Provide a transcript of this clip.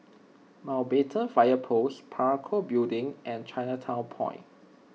Mountbatten Fire Post Parakou Building and Chinatown Point